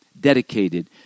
dedicated